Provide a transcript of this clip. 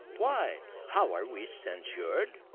why, how are we censured?